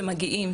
שמגיעים,